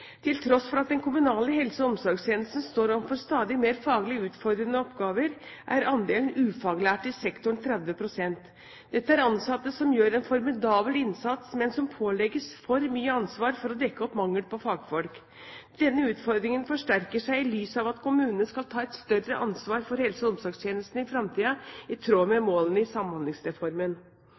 Til tross for at den kommunale helse- og omsorgstjenesten står overfor stadig mer faglig utfordrende oppgaver, er andelen ufaglærte i sektoren på 30 pst. Dette er ansatte som gjør en formidabel innsats, men som pålegges for mye ansvar for å dekke opp mangel på fagfolk. Denne utfordringen forsterker seg i lys av at kommunene skal ta et større ansvar for helse- og omsorgstjenestene i fremtiden, i tråd med målene i Samhandlingsreformen.